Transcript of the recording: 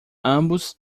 ambos